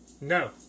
No